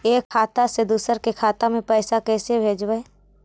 एक खाता से दुसर के खाता में पैसा कैसे भेजबइ?